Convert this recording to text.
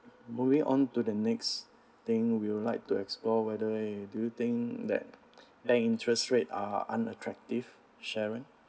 moving on to the next thing we would like to explore whether do you think that bank interest rates are unattractive sharon